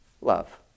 love